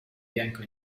bianco